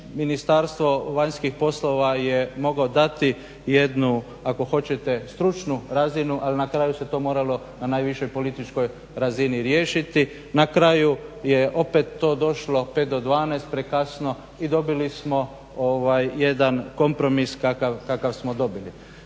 Ministarstvo vanjskih poslova je moglo dati jednu ako hoćete stručnu razinu ali na kraju se to moralo na najvišoj političkoj razini riješiti. Na kraju je to opet došlo pet do dvanaest prekasno i dobili smo jedan kompromis kakav smo dobili.